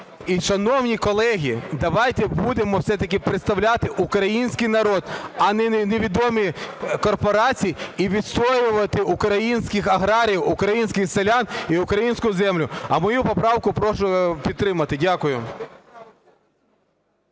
шановні колеги, давайте будемо все-таки представляти український народ, а не невідомі корпорації, і відстоювати українських аграріїв, українських селян і українську землю. А мою поправку прошу підтримати. Дякую.